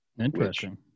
Interesting